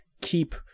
keep